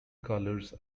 colors